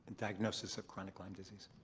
diagnosis of chronic lyme disease.